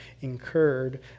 incurred